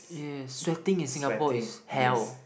yes sweating in Singapore is hell